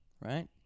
right